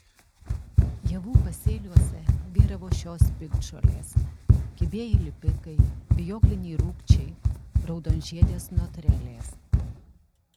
javų pasėliuose vyravo šios piktžolės kibieji lipikai vijokliniai rūgčiai raudonžiedės notrelės